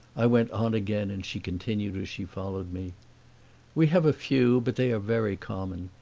i went on again, and she continued as she followed me we have a few, but they are very common.